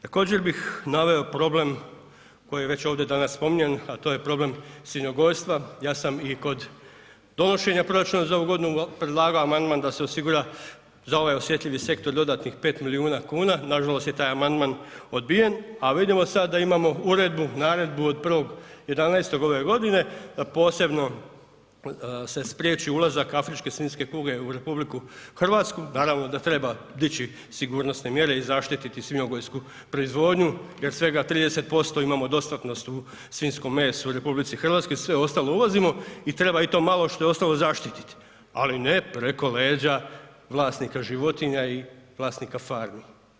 Također bih naveo problem koji je već ovdje danas spominjan, a to je problem svinjogojstva, ja sam i kod donošenja proračuna za ovu godinu predlagao amandman da se osigura za ovaj osjetljivi sektor dodatnih 5 milijuna kuna, nažalost je taj amandman odbijen, a vidimo sad da imamo uredbu, naredbu od 1.11. ove godine, da posebno se spriječi ulazak afričke svinjske kuge u RH, naravno da treba dići sigurnosne mjere i zaštititi svinjogojsku proizvodnju jer svega 30% imamo dostatnost u svinjskom mesu u RH i sve ostalo uvozimo i treba i to malo što je ostalo zaštitit, ali ne preko leđa vlasnika životinja i vlasnika farmi.